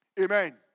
Amen